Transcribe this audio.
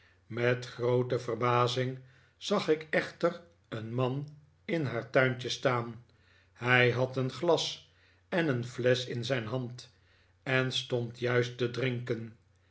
met groote verbazing zag ik echter een man in haar tuintje staan hij had een glas en een flesch in zijn hand en stond juist te drinken